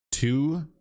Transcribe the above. two